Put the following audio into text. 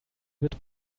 wird